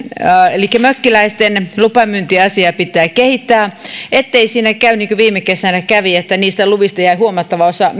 elikkä mökkiläisten lupamyyntiasiaa pitää kehittää ettei siinä käy niin kuin viime kesänä kävi että niistä luvista jäi huomattava osa